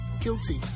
Guilty